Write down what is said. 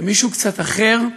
אם מישהו קצת אחר,